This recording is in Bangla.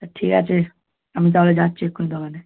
তা ঠিক আছে আমি তাহলে যাচ্ছি এক্ষুনি দোকানে